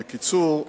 בקיצור,